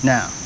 Now